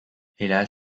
hélas